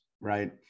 right